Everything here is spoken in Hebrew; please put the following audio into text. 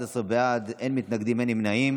11 בעד, אין מתנגדים, אין נמנעים.